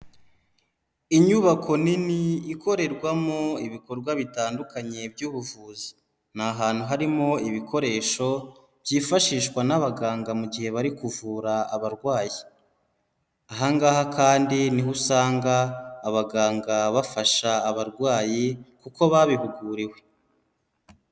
Inyubako nini ikorerwamo ibikorwa bitandukanye by'ubuvuzi, ni ahantu harimo ibikoresho byifashishwa n'abaganga mu gihe bari kuvura abarwayi, aha ngaha kandi ni ho usanga abaganga bafasha abarwayi kuko babihuguriwe.